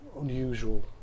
unusual